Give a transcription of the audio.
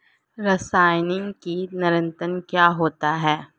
रसायनिक कीट नियंत्रण क्या होता है?